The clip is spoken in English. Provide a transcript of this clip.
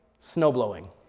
snowblowing